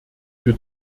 für